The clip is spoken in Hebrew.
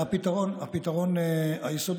הוא לא ענה.